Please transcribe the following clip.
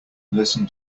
listen